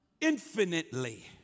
infinitely